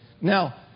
Now